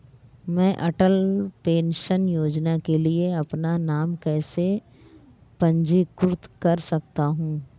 मैं अटल पेंशन योजना के लिए अपना नाम कैसे पंजीकृत कर सकता हूं?